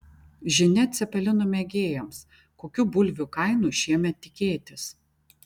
žinia cepelinų mėgėjams kokių bulvių kainų šiemet tikėtis